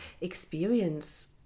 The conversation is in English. experience